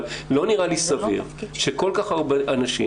אבל לא נראה לי סביר שכל כך הרבה אנשים